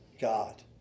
God